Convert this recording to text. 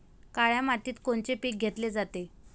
काळ्या मातीत कोनचे पिकं घेतले जाते?